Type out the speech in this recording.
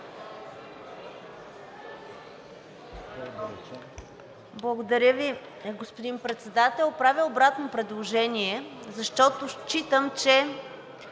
Благодаря Ви, господин Председател. Правя обратно предложение, защото считам, че